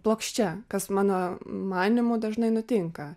plokščia kas mano manymu dažnai nutinka